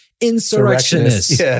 Insurrectionists